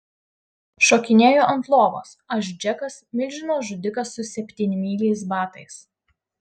šokinėju ant lovos aš džekas milžino žudikas su septynmyliais batais